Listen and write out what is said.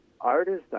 artists